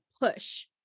push